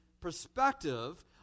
perspective